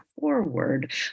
forward